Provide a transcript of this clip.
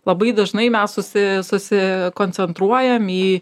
labai dažnai mes susi susikoncentruojam į